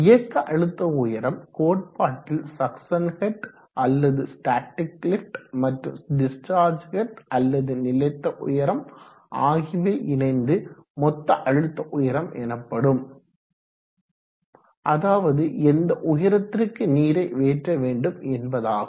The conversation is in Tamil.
இயக்க அழுத்த உயரம் கோட்பாட்டில் சக்சன் ஹெட் அல்லது ஸ்டாடிக் லிஃப்ட் மற்றும் டிஸ்சார்ஜ் ஹெட் அல்லது நிலைத்த உயரம் ஆகியவை இணைந்து மொத்த அழுத்த உயரம் எனப்படும் அதாவது எந்த உயரத்திற்கு நீரை ஏற்ற வேண்டும் என்பதாகும்